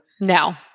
No